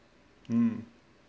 um